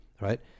right